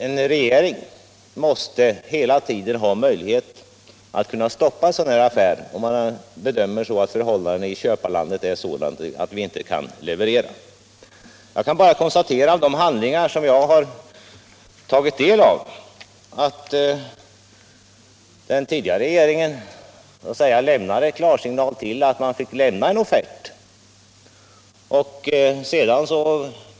En regering måste hela tiden ha möjlighet att stoppa en affär av det här slaget, om man bedömer förhållandena i köparlandet vara sådana att vi inte bör leverera. Av de handlingar jag har tagit del av kan jag bara konstatera att den tidigare regeringen så att säga givit klarsignal till att man fick lämna en offert.